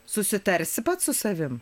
susitarsi pats su savimi